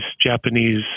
Japanese